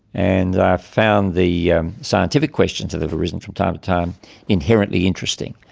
and i found the scientific questions that have arisen from time to time inherently interesting.